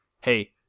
hey